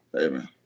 Amen